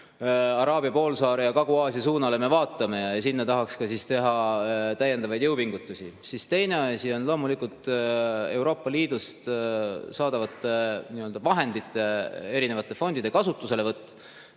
Araabia poolsaare ja Kagu-Aasia suunas. Sinna tahaks teha täiendavaid jõupingutusi. Teine asi on loomulikult Euroopa Liidust saadavate vahendite, erinevate fondide kasutuselevõtt.